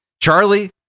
Charlie